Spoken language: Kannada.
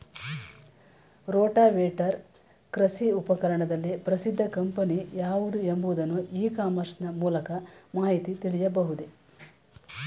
ರೋಟಾವೇಟರ್ ಕೃಷಿ ಉಪಕರಣದಲ್ಲಿ ಪ್ರಸಿದ್ದ ಕಂಪನಿ ಯಾವುದು ಎಂಬುದನ್ನು ಇ ಕಾಮರ್ಸ್ ನ ಮೂಲಕ ಮಾಹಿತಿ ತಿಳಿಯಬಹುದೇ?